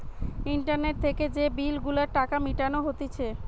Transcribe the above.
internet থেকে যে bill গুলার টাকা মিটানো হতিছে